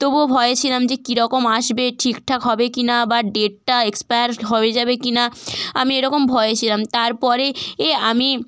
তবুও ভয়ে ছিলাম যে কীরকম আসবে ঠিকঠাক হবে কি না বা ডেটটা এক্সপায়ার হয়ে যাবে কি না আমি এরকম ভয়ে ছিলাম তারপরে এ আমি